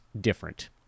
different